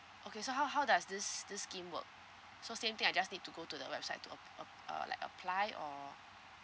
okay so how how does this this scheme work so same thing I just need to go to the website to uh uh uh like apply or